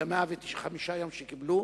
ב-105 יום שקיבלו,